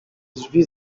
drzwi